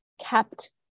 kept